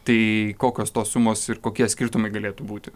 tai kokios tos sumos ir kokie skirtumai galėtų būti